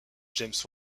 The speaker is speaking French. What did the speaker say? james